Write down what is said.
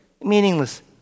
meaningless